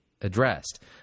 addressed